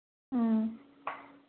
ꯑꯥ